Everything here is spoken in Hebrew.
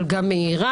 אבל גם מהירה.